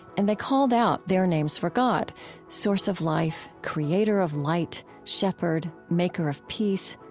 and they called out their names for god source of life, creator of light, shepherd, maker of peace,